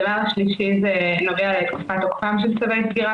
הדבר השלישי נוגע לתוקפם של צווי סגירה